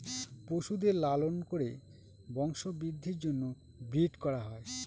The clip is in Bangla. পশুদের লালন করে বংশবৃদ্ধির জন্য ব্রিড করা হয়